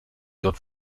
dort